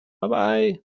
Bye-bye